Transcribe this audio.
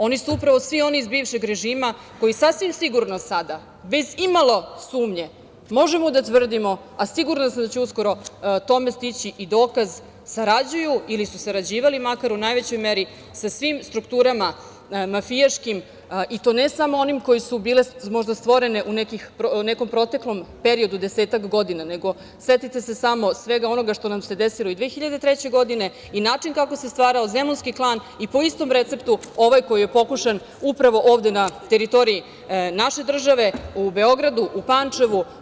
Oni su upravo svi oni iz bivšeg režima koji, sasvim sigurno sada bez imalo sumnje možemo da tvrdimo, a sigurna sam da će uskoro o tome stići i dokaz, sarađuju ili su sarađivali makar u najvećoj meri sa svim strukturama mafijaškim i to ne samo onim koje su bile možda stvorene u nekom proteklom periodu od desetak godina, nego setite se samo svega onoga što nam se desilo i 2003. godine i način kako se stvarao zemunski klan i po istom receptu ovaj koji je pokušan upravo ovde na teritoriji naše države u Beogradu u Pančevu.